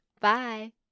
Bye